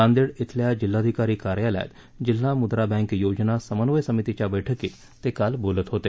नांदेड येथील जिल्हाधिकारी कार्यालयात जिल्हा मुद्रा बँक योजना समन्वय समितीच्या बळकीत ते काल बोलत होते